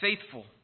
faithful